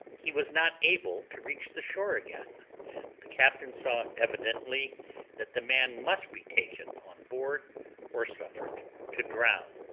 he was not able to reach the shore again and the captain saw evidently that the man must be taken on board or suffered to drown,